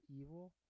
evil